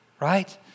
right